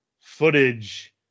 footage